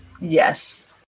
Yes